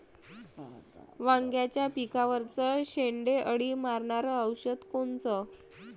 वांग्याच्या पिकावरचं शेंडे अळी मारनारं औषध कोनचं?